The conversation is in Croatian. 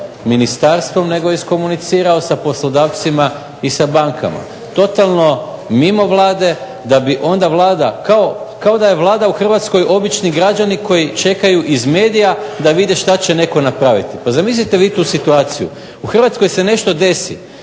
ministarstvom nego je komunicirao sa poslodavcima i sa bankama totalno mimo Vlade da bi onda Vlada, kao da je Vlada u Hrvatskoj obični građani koji čekaju iz medija da vide što će netko napraviti. Pa zamislite vi tu situaciju. U Hrvatskoj se nešto desi,